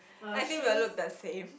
I think we'll look the same